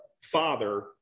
Father